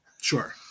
Sure